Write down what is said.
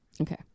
Okay